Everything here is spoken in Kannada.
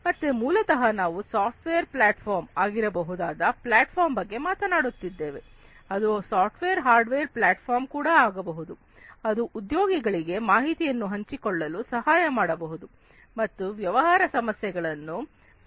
ಮತ್ತೆ ಮೂಲತಃ ನಾವು ಸಾಫ್ಟ್ವೇರ್ ಪ್ಲಾಟ್ಫಾರ್ಮ್ ಆಗಿರಬಹುದಾದ ಪ್ಲಾಟ್ಫಾರ್ಮ್ ಬಗ್ಗೆ ಮಾತನಾಡುತ್ತಿದ್ದೇವೆ ಅದು ಸಾಫ್ಟ್ವೇರ್ ಹಾರ್ಡ್ವೇರ್ ಪ್ಲಾಟ್ಫಾರ್ಮ್ ಕೂಡ ಆಗಬಹುದು ಅದು ಉದ್ಯೋಗಿಗಳಿಗೆ ಮಾಹಿತಿಯನ್ನು ಹಂಚಿಕೊಳ್ಳಲು ಸಹಾಯ ಮಾಡಬಹುದು ಮತ್ತು ವ್ಯವಹಾರ ಸಮಸ್ಯೆಗಳನ್ನು ಪರಿಹರಿಸಬಹುದು